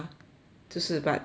就是 but the thing is